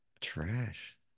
trash